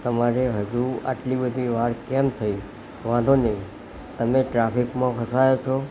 તમારે હજુ આટલી બધી વાર કેમ થઈ વાંધો નહીં તમે ટ્રાફિકમાં ફસાયા છો